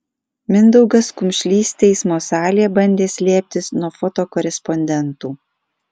mindaugas kumšlys teismo salėje bandė slėptis nuo fotokorespondentų